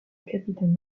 capitale